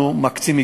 ואנחנו מקצים,